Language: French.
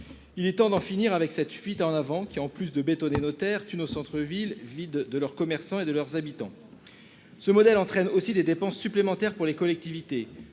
Il est temps d'en finir avec cette fuite en avant, qui, en plus de bétonner nos terres, tue nos centres-villes, les vide de leurs commerçants et de leurs habitants. Ce modèle entraîne également des dépenses supplémentaires pour les collectivités